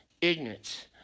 Ignorance